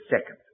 second